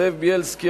זאב בילסקי,